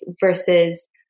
versus